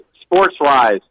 sports-wise